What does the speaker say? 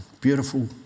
beautiful